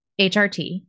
HRT